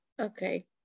Okay